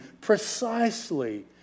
precisely